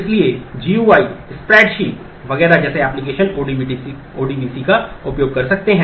इसलिए GUI spreadsheet वगैरह जैसे एप्लिकेशन ODBC का उपयोग कर सकते हैं